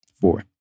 four